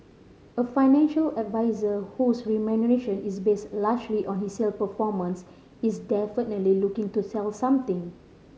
a financial advisor whose remuneration is based largely on his sale performance is definitely looking to sell something